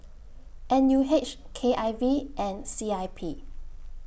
N U H K I V and C I P